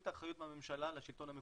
את האחריות מהממשלה לשלטון המקומי,